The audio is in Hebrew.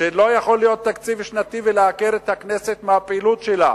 שלא יכול להיות תקציב שנתי ולעקר את הכנסת מהפעילות שלה.